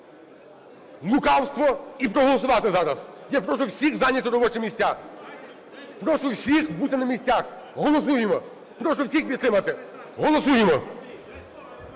лукавство і проголосувати зараз. Я прошу всіх зайняти робочі місця. Прошу всіх бути на місцях. Голосуємо, прошу всіх підтримати, голосуємо.